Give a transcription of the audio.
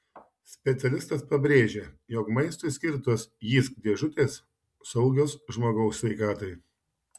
specialistas pabrėžia jog maistui skirtos jysk dėžutės saugios žmogaus sveikatai